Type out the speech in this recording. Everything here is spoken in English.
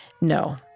No